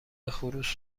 خروس